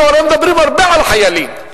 אנחנו הרי מדברים הרבה על החיילים.